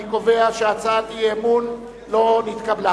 אני קובע שהצעת האי-אמון לא נתקבלה.